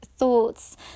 thoughts